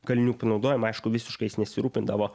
kalinių panaudojimo aišku visiškai jais nesirūpindavo